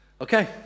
Okay